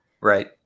Right